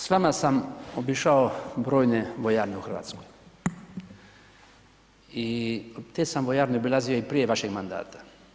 S vama sam obišao brojne vojarne u Hrvatskoj i te sam vojarne obilazio i prije vašeg mandata.